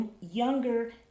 younger